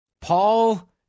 Paul